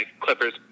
Clippers